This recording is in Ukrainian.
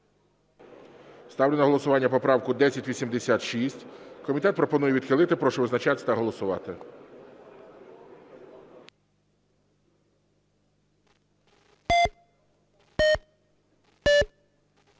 Ставлю на голосування поправку 1086. Комітет пропонує відхилити. Прошу визначатись та голосувати.